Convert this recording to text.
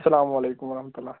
اَسَلامُ علیکُم وَرَحمَتُ اللّہ